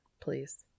please